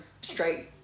straight